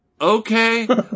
okay